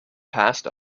passed